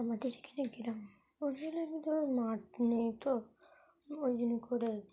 আমাদের এখানে গ্রাম ওই জন্য তো মাঠ নেই তো ওই জন্য করে